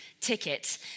ticket